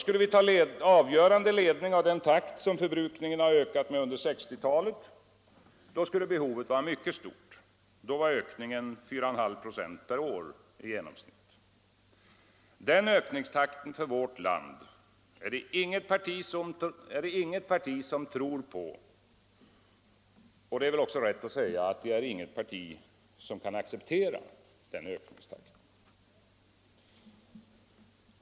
Skulle vi ta avgörande ledning av den takt som förbrukningen har ökat med under 1960-talet, så skulle behovet vara mycket stort. Då var ökningen 4,5 96 per år i genomsnitt. Den ökningstakten för vårt land är det inget parti som tror på, och det är väl rätt att säga att inget parti heller kan acceptera en sådan ökningstakt.